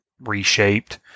reshaped